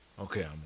Okay